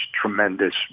tremendous